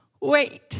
Wait